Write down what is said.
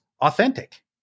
authentic